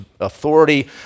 authority